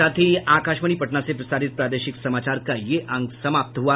इसके साथ ही आकाशवाणी पटना से प्रसारित प्रादेशिक समाचार का ये अंक समाप्त हुआ